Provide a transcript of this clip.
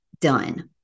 done